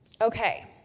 Okay